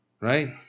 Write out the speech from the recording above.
right